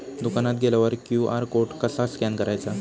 दुकानात गेल्यावर QR code कसा स्कॅन करायचा?